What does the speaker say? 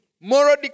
moral